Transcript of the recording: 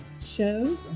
shows